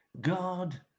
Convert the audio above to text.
God